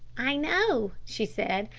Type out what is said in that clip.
i know, she said.